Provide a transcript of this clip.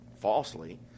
falsely